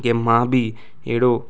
की मां बि अहिड़ो